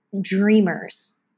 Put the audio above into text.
dreamers